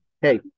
Hey